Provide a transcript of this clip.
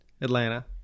Atlanta